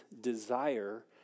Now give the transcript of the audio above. desire